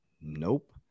Nope